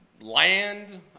land